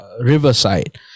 Riverside